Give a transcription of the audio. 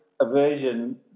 aversion